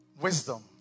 Wisdom